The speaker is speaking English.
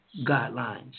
guidelines